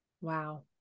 Wow